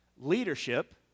leadership